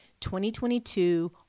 2022